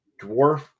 Dwarf